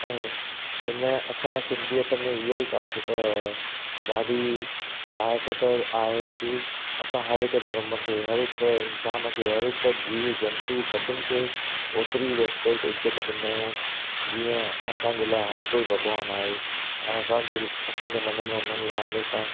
ऐं हिन असांजे सिंधियत में हीअं ही काफ़ी ॾाढी लाइक़ त आहे कि असां हर हिकु धर्म खे हर हिकु इंसान खे हर हिकु जीव जंतू सभिनी खे ओतिरी रिस्पेक्ट इज़त ॾींदा आहियूं जीअं असांजे लाइ हर कोई भॻवान आहे ऐं असांजे असांजे मन में हुननि लाइ हमेशह